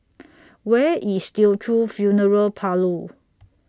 Where IS Teochew Funeral Parlour